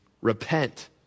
Repent